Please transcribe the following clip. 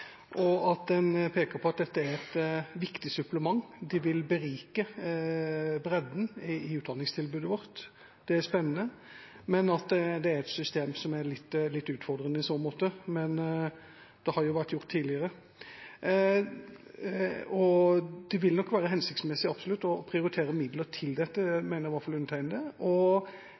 at en peker på at dette er et viktig supplement, at det vil berike bredden i utdanningstilbudet vårt, og at det er spennende, men at det er et system som er litt utfordrende i så måte. Men det har jo vært gjort tidligere, og det vil absolutt være hensiktsmessig å prioritere midler til dette. Det mener i hvert fall undertegnede.